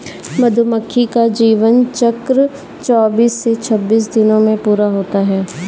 मधुमक्खी का जीवन चक्र चौबीस से छब्बीस दिनों में पूरा होता है